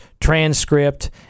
transcript